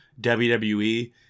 WWE